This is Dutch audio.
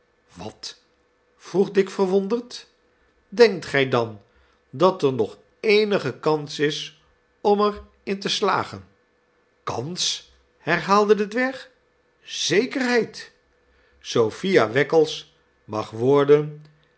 wat vroeg dick verwonderd denkt gij dan dat er nog eenige kans is om er in te slagen kans herhaalde de dwerg zekerheid sophia wackles mag worden